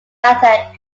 latter